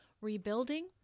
rebuilding